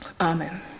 Amen